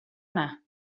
anar